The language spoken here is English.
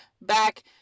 back